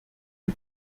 die